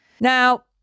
Now